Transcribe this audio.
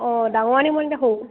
অঁ ডাঙৰ আনিম নে সৰু